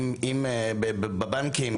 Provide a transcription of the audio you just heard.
אם בבנקים,